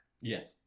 Yes